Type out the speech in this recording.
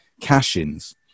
cash-ins